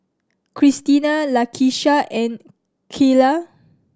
Cristina Lakisha and Kyla